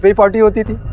party.